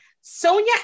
Sonia